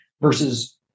versus